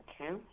Okay